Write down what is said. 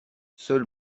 seul